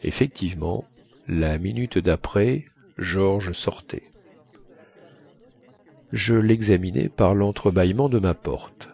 effectivement la minute daprès george sortait je lexaminai par lentrebâillement de ma porte